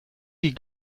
die